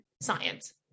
science